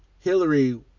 Hillary